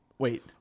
Wait